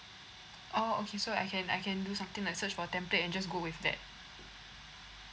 oh okay so I can I can do something like search for template and just go with that